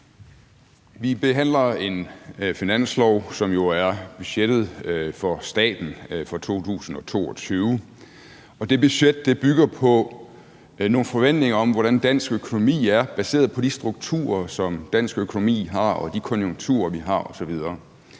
Vi behandler et finanslovsforslag, som jo er budgettet for staten for 2022, og det budget bygger på nogle forventninger om, hvordan dansk økonomi er, baseret på de strukturer, som dansk økonomi har, og de konjunkturer, vi har, osv.